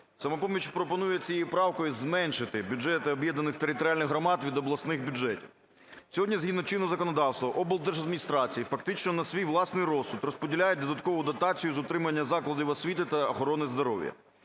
"Самопоміч" пропонує цією правкою зменшити бюджети об'єднаних територіальних громад від обласних бюджетів. Сьогодні згідно чинного законодавства облдержадміністрації фактично на свій власний розсуд розподіляють додаткову дотацію з утримання закладів освіти та охорони здоров'я.